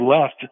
left